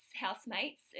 housemates